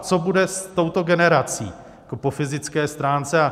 Co bude s touto generací po fyzické stránce?